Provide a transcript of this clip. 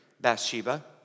Bathsheba